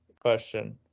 question